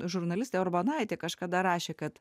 žurnalistė urbonaitė kažkada rašė kad